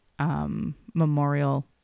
memorial